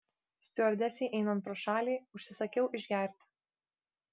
stiuardesei einant pro šalį užsisakiau išgerti